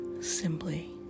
simply